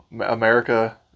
america